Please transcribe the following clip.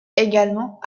également